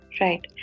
right